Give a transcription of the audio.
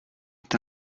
est